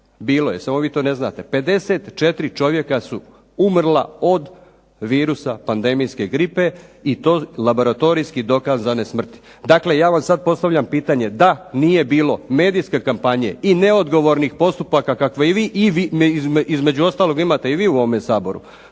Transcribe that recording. Bilo je, samo vi to ne znate. 54 čovjeka su umrla od virusa pandemijske gripe, i to laboratorijski dokazane smrti. Dakle ja vam sad postavljam pitanje, da nije bilo medijske kampanje i neodgovornih postupaka kakve i vi i vi između ostalog imate i vi u ovome Saboru,